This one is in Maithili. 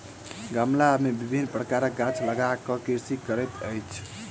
गमला मे विभिन्न प्रकारक गाछ लगा क कृषि करैत अछि